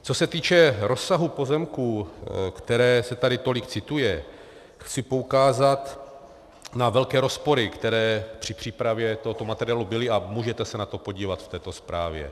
Co se týče rozsahu pozemků, který se tady tolik cituje, chci poukázat na velké rozpory, které při přípravě tohoto materiálu byly, a můžete se na to podívat v této zprávě.